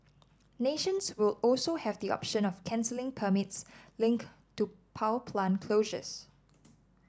nations will also have the option of cancelling permits linked to power plant closures